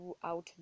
throughout